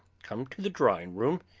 come to the drawing-room,